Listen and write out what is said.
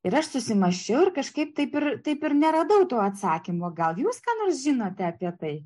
ir aš susimąsčiau ir kažkaip taip ir taip ir neradau to atsakymo gal jums ką nors žinote apie tai